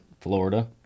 florida